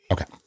Okay